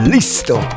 Listo